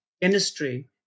industry